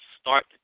start